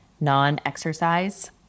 non-exercise